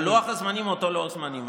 לוח הזמנים הוא אותו לוח זמנים.